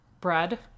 bread